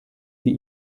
sie